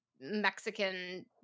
Mexican